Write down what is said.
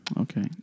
Okay